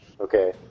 Okay